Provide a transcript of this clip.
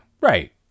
right